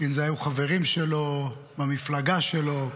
אם אלה היו חברים שלו, מהמפלגה שלו,